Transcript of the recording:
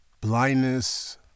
blindness